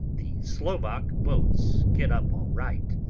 the slovak boats get up all right,